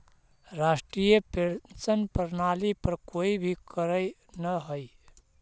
राष्ट्रीय पेंशन प्रणाली पर कोई भी करऽ न हई